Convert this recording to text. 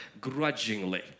grudgingly